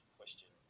question